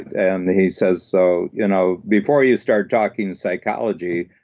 and he says, so, you know, before you start talking psychology,